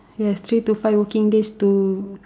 yes three to five working days to